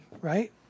right